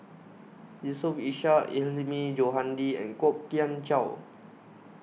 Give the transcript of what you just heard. Yusof Ishak Hilmi Johandi and Kwok Kian Chow